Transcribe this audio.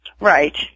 Right